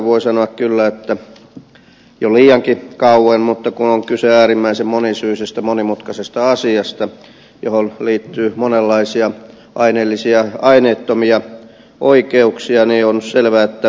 voi sanoa kyllä että jo liiankin kauan mutta kun on kyse äärimmäisen monisyisestä monimutkaisesta asiasta johon liittyy monenlaisia aineellisia ja aineettomia oikeuksia on selvää että valmistelu pitää tehdä huolella